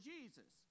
Jesus